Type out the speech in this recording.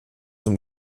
zum